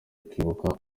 kwibwa